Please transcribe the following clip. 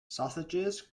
sausages